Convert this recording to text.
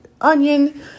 onion